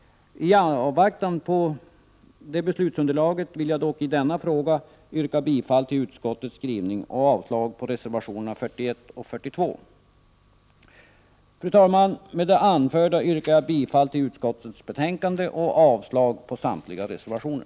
I avvaktan på det beslutsunderlaget vill jag dock i denna fråga yrka bifall till utskottets hemställan och avslag på reservationerna 41 och 42. Fru talman! Med det anförda yrkar jag bifall till utskottets hemställan och avslag på samtliga reservationer.